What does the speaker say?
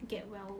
get well